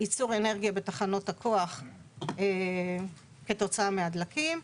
ייצור אנרגיה בתחנות הכוח כתוצאה מהדלקים,